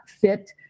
fit